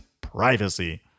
privacy